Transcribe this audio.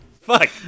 Fuck